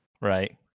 Right